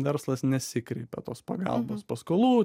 verslas nesikreipia tos pagalbos paskolų